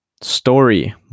story